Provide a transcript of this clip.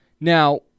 Now